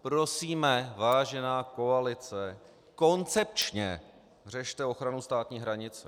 Prosíme, vážená koalice, koncepčně řešte ochranu státní hranice.